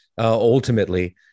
ultimately